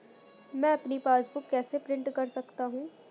मैं अपनी पासबुक कैसे प्रिंट कर सकता हूँ?